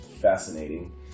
fascinating